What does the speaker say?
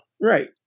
Right